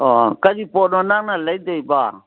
ꯑꯣ ꯀꯔꯤ ꯄꯣꯠꯅꯣ ꯅꯪꯅ ꯂꯩꯗꯣꯏꯕꯣ